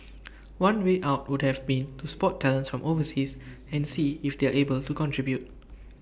one way out would have been to spot talents from overseas and see if they're able to contribute